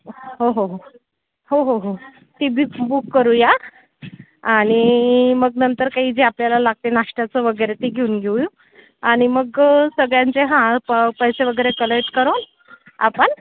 हो हो हो हो हो हो ती बिक बुक करूया आणि मग नंतर काही जे आपल्याला लागते नाष्ट्याचं वगैरे ते घेऊन घेउ आणि मग सगळ्यांचे हां प पैसे वगैरे कलेक्ट करून आपण